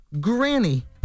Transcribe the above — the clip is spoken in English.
granny